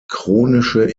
chronische